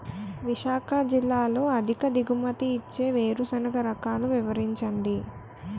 విశాఖ జిల్లాలో అధిక దిగుమతి ఇచ్చే వేరుసెనగ రకాలు వివరించండి?